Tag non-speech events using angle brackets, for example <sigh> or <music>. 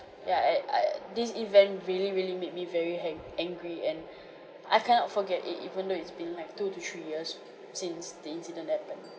ya I I this event really really made me very ha~ angry and <breath> I cannot forget it even though it's been like two to three years since the incident happened